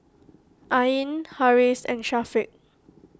Ain Harris and Syafiq